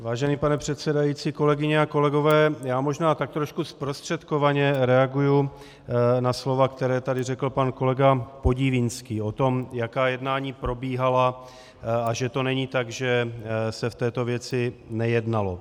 Vážený pane předsedající, kolegyně a kolegové, já možná tak trošku zprostředkovaně reaguji na slova, která tady řekl pan kolega Podivínský o tom, jaká jednání probíhala a že to není tak, že se v této věci nejednalo.